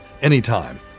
anytime